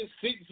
six